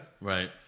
right